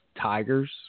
Tigers